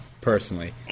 personally